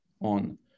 on